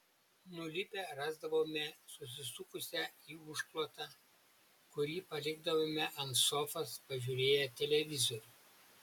nulipę rasdavome susisukusią į užklotą kurį palikdavome ant sofos pažiūrėję televizorių